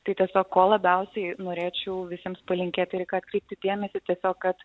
tai tiesiog ko labiausiai norėčiau visiems palinkėti ir į ką atkreipti dėmesį tiesiog kad